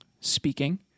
speaking